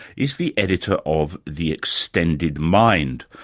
is the editor of the extended mind,